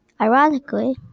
Ironically